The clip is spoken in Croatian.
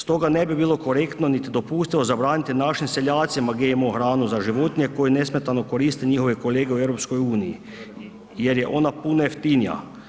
Stoga ne bi bilo korektno niti dopustivo zabraniti našim seljacima GMO hranu za životinje koje nesmetano koriste njihove kolege u EU jer je ona puno jeftinija.